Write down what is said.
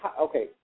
okay